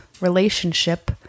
relationship